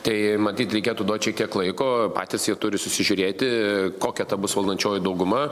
tai matyt reikėtų duot šiek tiek laiko patys jie turi susižiūrėti kokia ta bus valdančioji dauguma